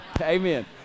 Amen